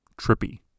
trippy